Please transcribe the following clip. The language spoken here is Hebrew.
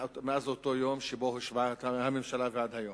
מאז אותו יום שבו הושבעה הממשלה ועד היום.